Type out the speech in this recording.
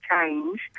change